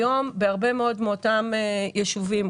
היום בהרבה מאוד מאותם יישובים,